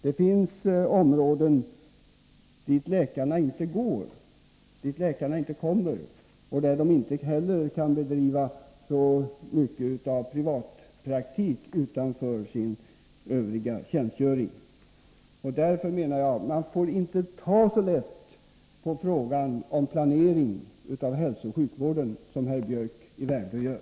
Det finns områden dit läkarna inte kommer och där de inte heller kan bedriva så mycket av privatpraktik utanför sin övriga tjänstgöring. Man får därför inte ta så lätt på frågan om planering av hälsooch sjukvården som herr Biörck i Värmdö gör.